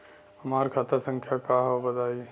हमार खाता संख्या का हव बताई?